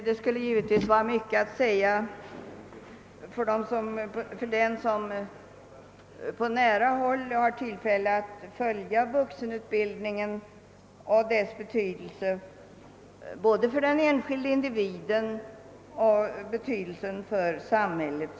Herr talman! För den som på nära håll har tillfälle att följa vuxenutbildningen finns det givetvis mycket att säga om dess betydelse, såväl för den enskilde individen som för samhället.